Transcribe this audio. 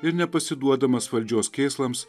ir nepasiduodamas valdžios kėslams